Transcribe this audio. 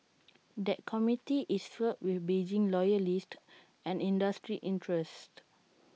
that committee is filled with Beijing loyalists and industry interests